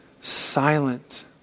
silent